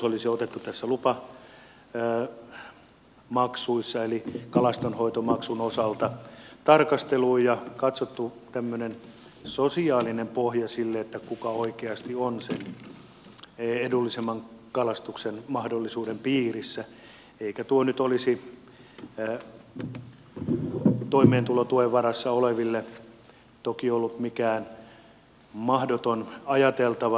olisi otettu lupamaksuissa eli kalastonhoitomaksun osalta tarkasteluun ja katsottu sosiaalinen pohja sille kuka oikeasti on sen edullisemman kalastuksen mahdollisuuden piirissä eikä tuo nyt olisi toimeentulotuen varassa oleville toki ollut mikään mahdoton ajateltava